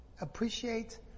appreciate